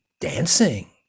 dancing